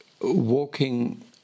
walking